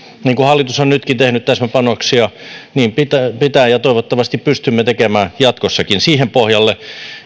niin kuin hallitus on nytkin tehnyt täsmäpanoksia niin pitää tehdä ja toivottavasti pystymme tekemään jatkossakin siihen pohjalle